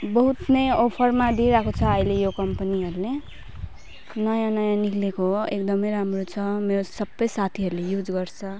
बहुत नै अफरमा दिइरहेको छ अहिले यो कम्पनीहरूले नयाँ नयाँ निस्केको हो एकदम राम्रो छ मेरो सब साथीहरूले युज गर्छ